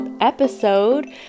episode